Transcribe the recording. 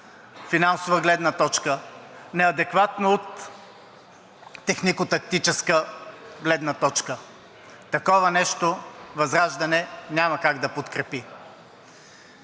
финансова гледна точка, неадекватно от технико-тактическа гледна точка, такова нещо ВЪЗРАЖДАНЕ няма как да подкрепи.